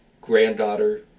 granddaughter